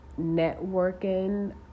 networking